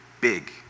big